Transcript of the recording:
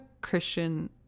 Christian